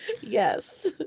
yes